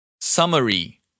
Summary